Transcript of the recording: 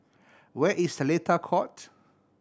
where is Seletar Court